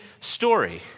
story